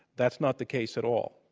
that's not the case at all.